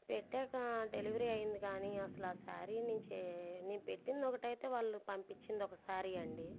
పెట్టాక డెలివరీ అయింది కానీ అసలు ఆ శారీ నేను చే నేను పెట్టింది ఒకటి అయితే వాళ్ళు పంపించింది ఒక శారీ అండి